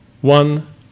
One